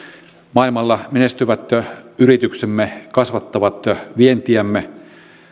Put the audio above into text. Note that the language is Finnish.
maailmalla menestyvät yrityksemme kasvattavat vientiämme